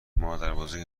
مادربزرگ